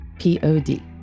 P-O-D